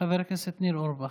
חבר הכנסת ניר אורבך.